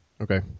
Okay